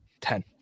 ten